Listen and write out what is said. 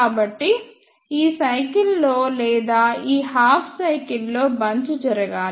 కాబట్టి ఈ సైకిల్ లో లేదా ఈ హాఫ్ సైకిల్ లో బంచ్ జరగాలి